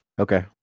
Okay